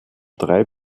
drei